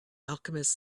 alchemist